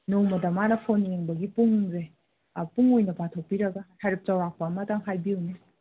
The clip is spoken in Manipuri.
ꯅꯣꯡꯃꯗ ꯃꯥꯅ ꯐꯣꯟ ꯌꯦꯡꯕꯒꯤ ꯄꯨꯡꯁꯦ ꯄꯨꯡ ꯑꯣꯏꯅ ꯄꯥꯊꯣꯛꯄꯤꯔꯒ ꯍꯥꯏꯔꯞ ꯆꯥꯎꯔꯥꯛꯄ ꯑꯃꯇꯪ ꯍꯥꯏꯕꯤꯌꯨꯅꯦ